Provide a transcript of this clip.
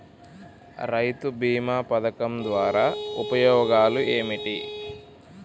రైతు బీమా పథకం ద్వారా ఉపయోగాలు ఏమిటి?